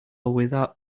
without